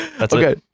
Okay